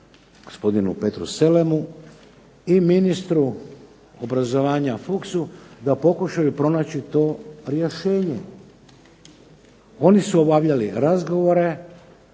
gospodinu Petru Selemu i ministru obrazovanja Fuchsu da pokušaju pronaći to rješenje. Oni su obavljali razgovore,